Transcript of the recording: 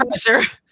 pressure